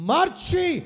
Marchi